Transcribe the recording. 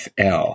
FL